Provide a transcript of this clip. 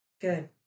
Good